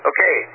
Okay